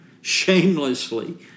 shamelessly